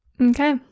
Okay